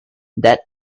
that